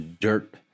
dirt